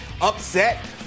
Upset